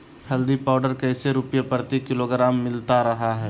हल्दी पाउडर कैसे रुपए प्रति किलोग्राम मिलता रहा है?